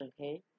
okay